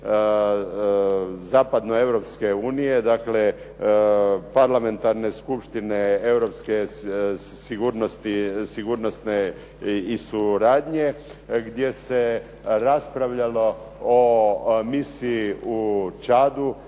zapadno Europske unije, dakle, parlamentarne skupštine europske sigurnosne suradnje gdje se raspravljalo o misiji u Čadu,